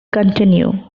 continue